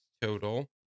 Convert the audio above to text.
total